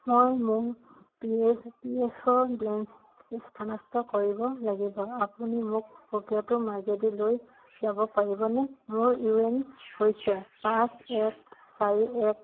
মই মোৰ P S P F অ' বেলেন্স স্থানাস্তৰ কৰিব লাগিব আপুনি মোক প্ৰক্ৰিয়াটোৰ মাজেদি লৈ যাব পাৰিবনে মোৰ ইউ এন হৈছে পাঁচ এক চাৰি এক